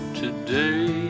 today